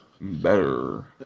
better